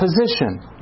position